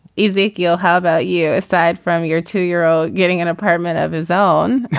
ezekiel how about you. aside from year to year. ah getting an apartment of his own.